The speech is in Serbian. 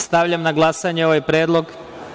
Stavljam na glasanje ovaj predlog.